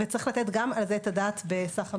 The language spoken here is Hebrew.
צריך לתת גם על זה את הדעת בסך המענים.